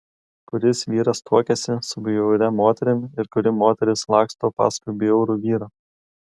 kuris vyras tuokiasi su bjauria moterim ir kuri moteris laksto paskui bjaurų vyrą